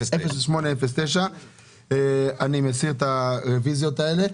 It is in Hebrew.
09. אני מסיר את הרוויזיות האלה,